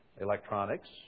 electronics